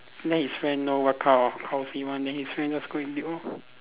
let his friend know what kind of house he want then his friend just go and build lor